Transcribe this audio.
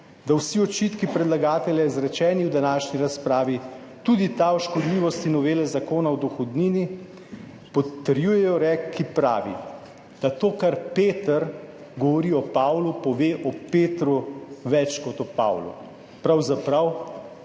da vsi očitki predlagatelja, izrečeni v današnji razpravi, tudi ta o škodljivosti novele Zakona o dohodnini, potrjujejo rek, ki pravi, da to, kar Peter govori o Pavlu, pove o Petru več kot o Pavlu. Pravzaprav